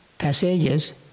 passages